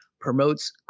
promotes